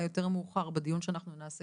אולי יותר מאוחר בדיון שאנחנו נעשה